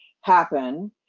happen